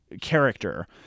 character